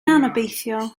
anobeithiol